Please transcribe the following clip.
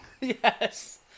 yes